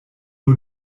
nur